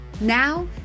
Now